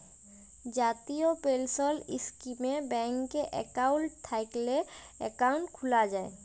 জাতীয় পেলসল ইস্কিমে ব্যাংকে একাউল্ট থ্যাইকলে একাউল্ট খ্যুলা যায়